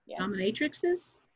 Dominatrixes